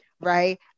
right